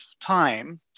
time